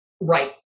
right